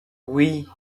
oui